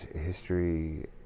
history